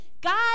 God